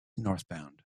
northbound